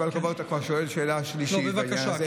אתה כבר שואל שאלה שלישית בעניין הזה.